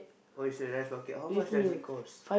oh it's a rice bucket how much does it cost